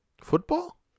Football